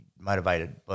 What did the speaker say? motivated